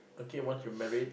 okay once you married